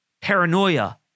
paranoia